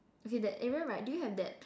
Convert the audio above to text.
okay that area right do you have that